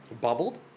bubbled